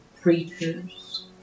preachers